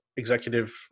executive